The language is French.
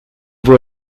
vous